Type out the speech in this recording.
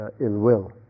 ill-will